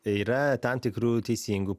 yra tam tikrų teisingų